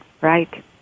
Right